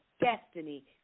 destiny